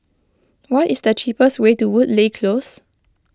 what is the cheapest way to Woodleigh Close